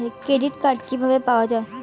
Credit card কিভাবে পাওয়া য়ায়?